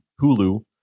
hulu